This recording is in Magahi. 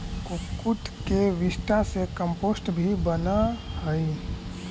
कुक्कुट के विष्ठा से कम्पोस्ट भी बनअ हई